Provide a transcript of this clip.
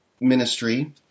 ministry